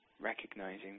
recognizing